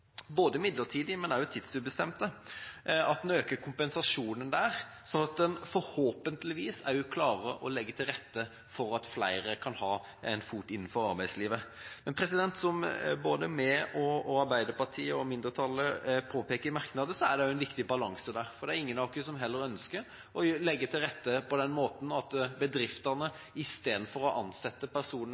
både midlertidig og tidsubestemt lønnstilskudd, at en øker kompensasjonen der, sånn at en forhåpentligvis også klarer å legge til rette for at flere kan få en fot innenfor arbeidslivet. Vi mener, og Arbeiderpartiet og mindretallet påpeker det i merknader, at det også er en viktig balanse der. Det er ingen av oss heller som ønsker å legge til rette for at bedriftene i stedet for å ansette personer